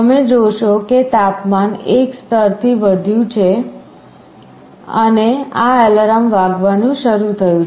તમે જોશો કે તાપમાન એક સ્તરથી વધુ વધ્યું છે અને આ એલાર્મ વાગવાનું શરૂ થયું છે